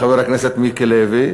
חבר הכנסת מיקי לוי,